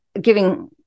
giving